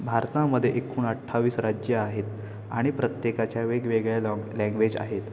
भारतामध्ये एकूण अठ्ठावीस राज्य आहेत आणि प्रत्येकाच्या वेगवेगळ्या लॉन्ग लँग्वेज आहेत